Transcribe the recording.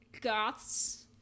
goths